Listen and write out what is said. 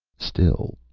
still,